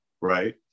Right